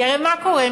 כי הרי מה קורה?